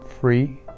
free